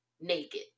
naked